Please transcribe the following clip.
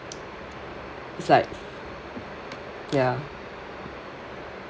it's like ya